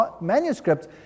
manuscripts